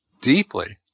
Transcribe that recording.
deeply—